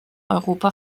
europa